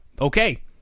Okay